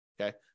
okay